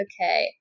Okay